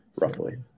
roughly